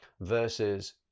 versus